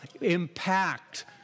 impact